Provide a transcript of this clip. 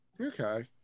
okay